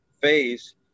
phase